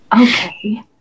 Okay